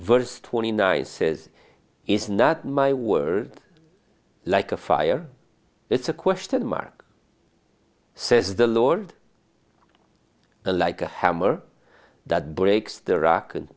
verse twenty nine says is not my words like a fire it's a question mark says the lord a like a hammer that breaks the rock and